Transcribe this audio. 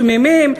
תמימים,